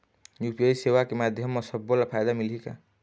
UPI सेवा के माध्यम म सब्बो ला फायदा मिलही का?